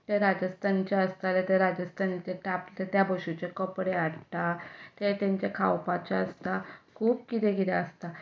ते राजस्थानाचे आसल्यार ते राजस्थानाचे त्या भासेचे कपडे हाडटा तांचे खावपाचें आसता खूब कितें कितें आसता